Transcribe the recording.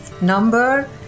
number